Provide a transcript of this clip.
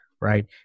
right